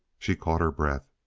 she caught her breath.